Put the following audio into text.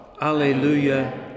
Alleluia